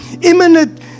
imminent